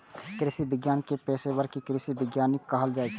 कृषि विज्ञान के पेशवर कें कृषि वैज्ञानिक कहल जाइ छै